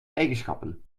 eigenschappen